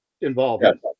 involvement